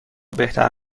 بهتر